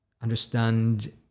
understand